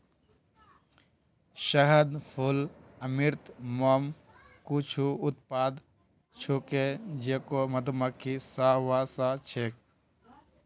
शहद, फूल अमृत, मोम कुछू उत्पाद छूके जेको मधुमक्खि स व स छेक